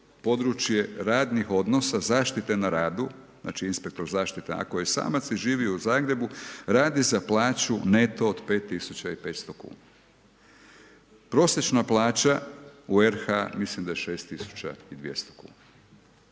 područje radnih odnosa zaštite na radu, znači inspektor zaštite, ako je samac i živi u Zagrebu radi za plaću neto od 5500 kuna. Prosječna plaća u RH mislim da je 6200 kuna.